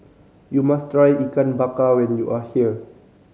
you must try Ikan Bakar when you are here